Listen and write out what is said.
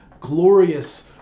glorious